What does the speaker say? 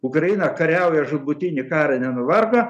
ukraina kariauja žūtbūtinį karą nenuvargo